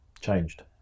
changed